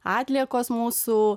atliekos mūsų